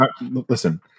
listen